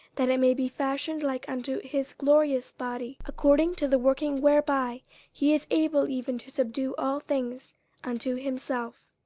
that it may be fashioned like unto his glorious body, according to the working whereby he is able even to subdue all things unto himself.